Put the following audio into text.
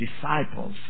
disciples